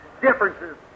differences